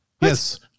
Yes